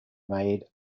made